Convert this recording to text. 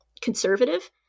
conservative